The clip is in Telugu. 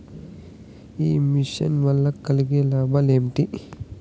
ఈ మిషన్ వల్ల కలిగే లాభాలు ఏమిటి?